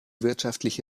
wirtschaftliche